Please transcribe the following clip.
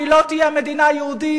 והיא לא תהיה מדינה יהודית.